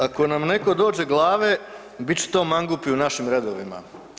Ako nam netko dođe glave, bit će to mangupi u našim redovima.